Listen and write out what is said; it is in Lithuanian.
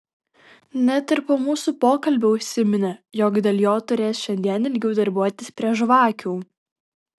net ir po mūsų pokalbio užsiminė jog dėl jo turės šiandien ilgiau darbuotis prie žvakių